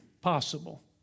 possible